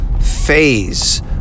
phase